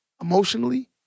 emotionally